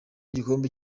igikombe